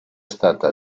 stata